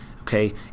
okay